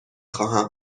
خواهم